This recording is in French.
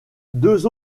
deux